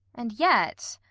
and yet,